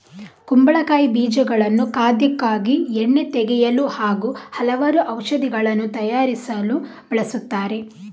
ಕುಂಬಳಕಾಯಿ ಬೀಜಗಳನ್ನು ಖಾದ್ಯಕ್ಕಾಗಿ, ಎಣ್ಣೆ ತೆಗೆಯಲು ಹಾಗೂ ಹಲವಾರು ಔಷಧಿಗಳನ್ನು ತಯಾರಿಸಲು ಬಳಸುತ್ತಾರೆ